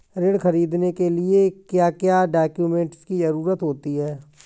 ऋण ख़रीदने के लिए क्या क्या डॉक्यूमेंट की ज़रुरत होती है?